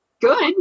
good